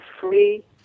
free